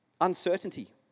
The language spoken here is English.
uncertainty